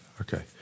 Okay